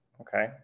Okay